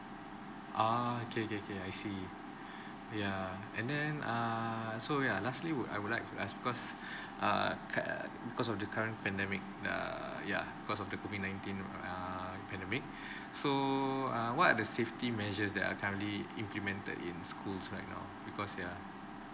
okay kay~ kay~ I see yeah and then err so ya lastly would I would like to ask because err cu~ because of the current pandemic err yeah because of the COVID nineteen err pandemic so uh what are the safety measures that are currently implemented in schools right now because yeah